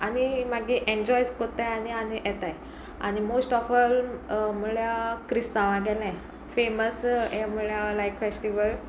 आनी मागी एन्जॉय कोत्ताय आनी आनी येताय आनी मोस्ट ऑफ ऑल म्हळ्या क्रिस्तांवां गेलें फेमस हें म्हळ्यार लायक फेस्टीवल